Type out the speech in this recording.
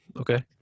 Okay